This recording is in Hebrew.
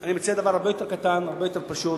אני מציע דבר הרבה יותר קטן, הרבה יותר פשוט,